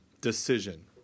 decision